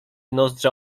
nozdrza